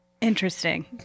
Interesting